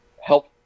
help